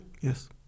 Yes